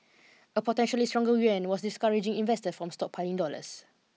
a potentially stronger yuan was discouraging investor from stockpiling dollars